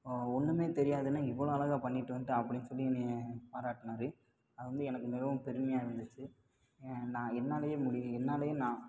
ஒன்றுமே தெரியாதுன்ன இவ்வளோ அழகா பண்ணிட்டு வந்துட்ட அப்படின்னு சொல்லி என்னையை பாராட்டினாரு அது வந்து எனக்கு மிகவும் பெருமையாக இருந்துச்சு நான் என்னாலையே முடியும் என்னாலையும் நான்